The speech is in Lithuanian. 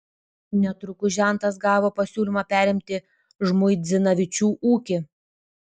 netrukus žentas gavo pasiūlymą perimti žmuidzinavičių ūkį